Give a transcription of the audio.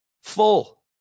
full